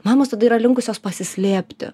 mamos tada yra linkusios pasislėpti